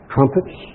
Trumpets